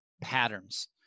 patterns